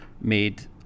made